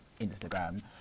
instagram